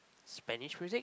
Spanish music